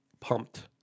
pumped